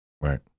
Right